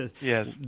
Yes